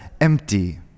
empty